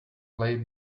lay